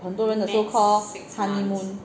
很多人的 so call honeymoon